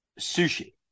sushi